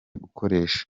gukoresha